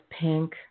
pink